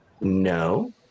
no